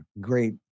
great